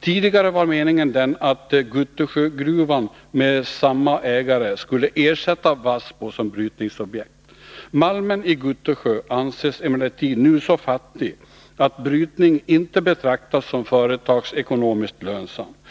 Tidigare var meningen den att Guttusjögruvan, med samma ägare, skulle ersätta Vassbo som brytningsobjekt. Malmen i Guttusjö anses emellertid nu så fattig att brytning inte betraktas som företagsekonomiskt lönsam.